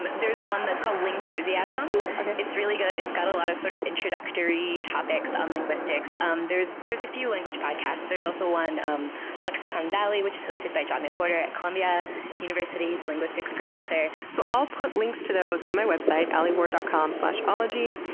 and there's one that's called lingthusiasm. it's really good. it's got a lot of sort of introductory topics on linguistics. um there's there's a few language podcasts. there's also one, um lexicon valley, which is hosted by john mcwhorter, a columbia university linguistics professor so i'll put links to those on my website, alieward dot com slash ologies,